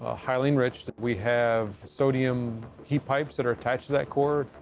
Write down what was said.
ah highly enriched. we have sodium heat pipes that are attached to that core.